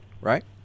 right